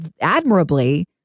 admirably